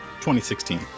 2016